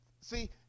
See